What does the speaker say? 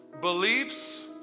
Beliefs